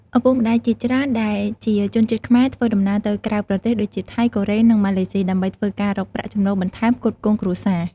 ឪពុកម្តាយជាច្រើន ដែលជាជនជាតិខ្មែរធ្វើដំណើរទៅក្រៅប្រទេស ដូចជា ថៃ កូរ៉េ និងម៉ាឡេស៊ី ដើម្បីធ្វើការរកប្រាក់ចំណូលបន្ថែមផ្គត់ផ្គង់គ្រួសារ។